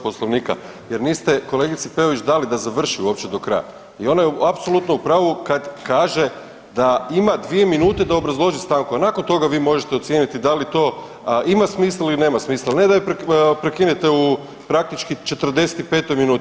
Poslovnika jer niste kolegici Peović dali da završi uopće do kraja i ona je apsolutno u pravu kad kaže da ima 2 minute da obrazloži stanku, a nakon toga vi možete ocijeniti da li to ima smisla ili nema smisla, a ne da ju prekinete u praktički 45 minuti.